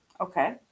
okay